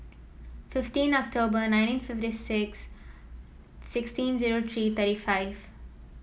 fifteen October nineteen fifty six sixteen zero three thirty five